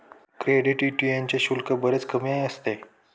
credit यूनियनचे शुल्क बरेच कमी असते